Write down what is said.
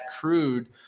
crude